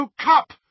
Cup